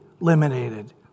eliminated